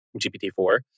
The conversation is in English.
GPT-4